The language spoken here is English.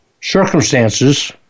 circumstances